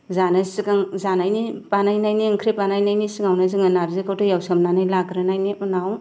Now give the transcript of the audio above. जानो सिगां जानायनि बानायनायनि ओंख्रि बानायनायनि सिगाङावनो जोङो नार्जिखौ दैयाव सोमनानै लाग्रोनायनि उनाव